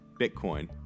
bitcoin